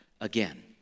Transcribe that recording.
again